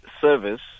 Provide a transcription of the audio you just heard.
service